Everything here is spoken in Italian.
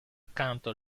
accanto